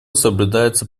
соблюдается